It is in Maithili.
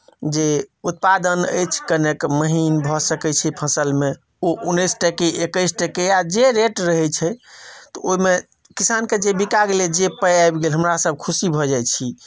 जे उत्पादन अछि कनिक महीन भऽ सकैत छै फसलमे ओ उन्नैस टके एकैस टके आ जे रेट रहैत छै तऽ ओहिमे किसानके जे बिका गेलै जे पाइ आबि गेल हमरासभ खुशी भऽ जाइत छी